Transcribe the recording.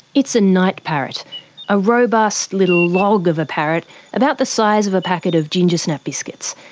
it's a night parrot a robust little log of a parrot about the size of a packet of ginger snap biscuits.